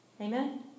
Amen